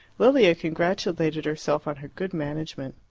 lilia congratulated herself on her good management.